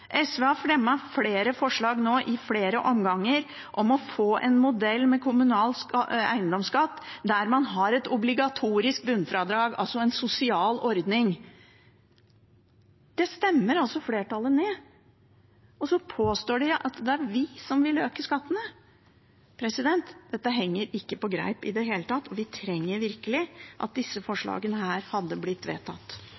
SV har i flere omganger fremmet flere forslag om å få en modell med kommunal eiendomsskatt, der man har et obligatorisk bunnfradrag, altså en sosial ordning. Det stemmer altså flertallet ned, og så påstår de at det er vi som vil øke skattene. Dette henger ikke på greip i det hele tatt. Vi trenger virkelig at disse